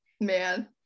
man